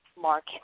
Mark